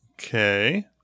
Okay